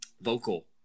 vocal